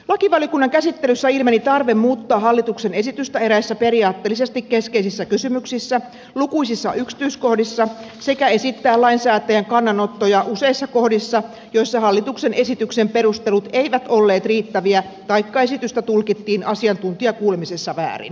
lakivaliokunnan käsittelyssä ilmeni tarve muuttaa hallituksen esitystä eräissä periaatteellisesti keskeisissä kysymyksissä ja lukuisissa yksityiskohdissa sekä esittää lainsäätäjän kannanottoja useissa kohdissa joissa hallituksen esityksen perustelut eivät olleet riittäviä taikka esitystä tulkittiin asiantuntijakuulemisessa väärin